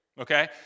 okay